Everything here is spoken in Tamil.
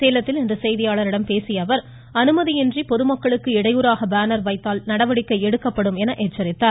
சேலத்தில் இன்று செய்தியாளர்களிடம் பேசிய அவர் அனுமதியின்றி பொதுமக்களுக்கு இடையூறாக பேனர் வைத்தால் நடவடிக்கை எடுக்கப்படும் என்றும் அவர் எச்சரித்துள்ளார்